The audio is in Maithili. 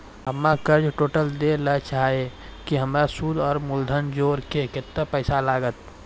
हम्मे कर्जा टोटल दे ला चाहे छी हमर सुद और मूलधन जोर के केतना पैसा लागत?